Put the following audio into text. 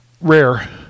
Rare